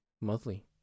monthly